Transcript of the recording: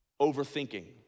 Overthinking